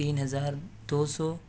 تین ہزار دو سو